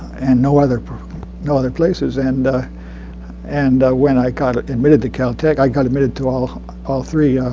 and no other no other places. and and when i got admitted to cal tech, i got admitted to all all three.